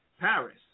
Paris